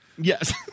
Yes